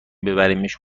ببریمش